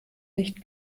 nicht